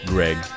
Greg